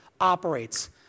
operates